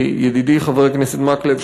ידידי חבר הכנסת מקלב,